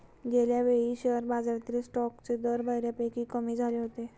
गेल्यावेळी शेअर बाजारातील स्टॉक्सचे दर बऱ्यापैकी कमी झाले होते